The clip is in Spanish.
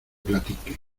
platique